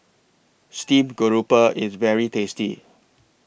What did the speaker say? Steamed Grouper IS very tasty